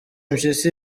mpyisi